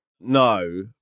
no